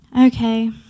okay